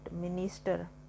Minister